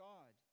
God